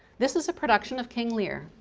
this is a production of king lear.